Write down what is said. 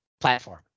platform